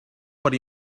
per